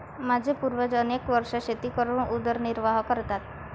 माझे पूर्वज अनेक वर्षे शेती करून उदरनिर्वाह करतात